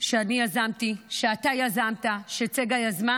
שאני יזמתי, שאתה יזמת, שצגה יזמה,